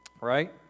right